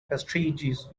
prestigious